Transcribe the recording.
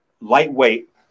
lightweight